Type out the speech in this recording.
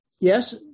yes